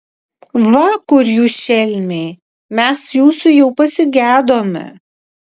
va kur jūs šelmiai mes jūsų jau pasigedome